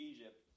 Egypt